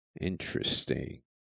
Interesting